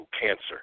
cancer